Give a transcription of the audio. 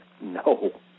No